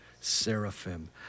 seraphim